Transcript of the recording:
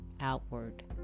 outward